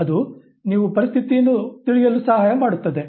ಅದು ನೀವು ಪರಿಸ್ಥಿತಿಯನ್ನು ತಿಳಿಯಲು ಸಹಾಯ ಮಾಡುತ್ತದೆ